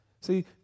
See